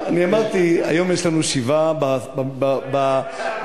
אמרתי שהיום יש לנו שבעה בממשלה,